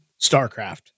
StarCraft